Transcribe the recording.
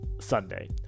Sunday